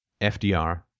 FDR